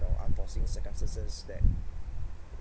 for unforeseen circumstances that